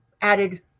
added